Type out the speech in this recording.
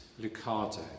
Lucado